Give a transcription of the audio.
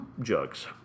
jugs